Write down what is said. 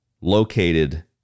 located